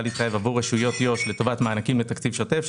להתחייב עבור רשויות יהודה ושומרון לטובת מענקים בתקציב שוטף,